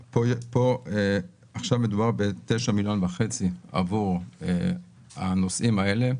עכשיו מדובר ב-9.5 מיליון עבור הנושאים האלה,